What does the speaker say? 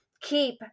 keep